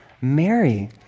Mary